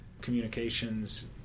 communications